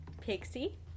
Pixie